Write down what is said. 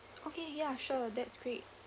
okay ya sure that's great